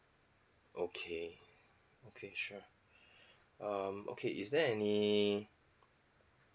okay okay sure um okay is there any